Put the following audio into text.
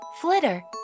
Flitter